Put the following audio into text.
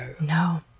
No